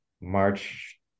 March